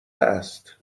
است